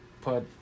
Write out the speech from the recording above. put